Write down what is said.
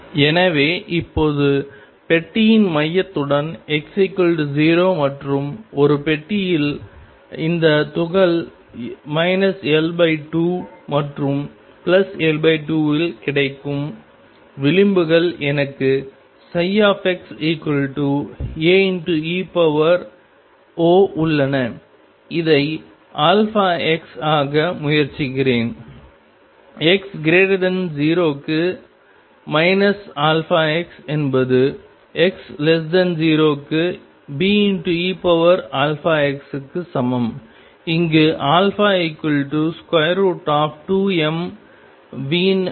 எனவே இப்போது பெட்டியின் மையத்துடன் x 0 மற்றும் ஒரு பெட்டியில் இந்த துகள் L2 மற்றும் L2 இல் கிடக்கும் விளிம்புகள் எனக்கு xAe உள்ளன இதை αx ஆக முயற்சிக்கிறேன்x0க்கு αx என்பது x0 க்கு Beαx க்கு சமம் இங்கு α2m2